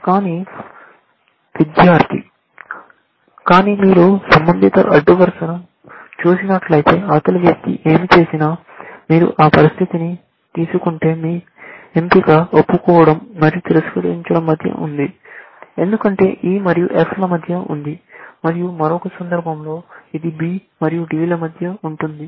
విద్యార్థి కానీ మీరు సంబంధిత అడ్డు వరుస ను చూసినట్లయితే అవతలి వ్యక్తి ఏమి చేసినా మీరు ఆ పరిస్థితి ని తీసుకుంటే మీ ఎంపిక ఒప్పుకోవడం మరియు తిరస్కరించడం మధ్య ఉంది ఎందుకంటే ఇది E మరియు F ల మధ్య ఉంది మరియు మరొక సందర్భంలో ఇది B మరియు D ల మధ్య ఉంటుంది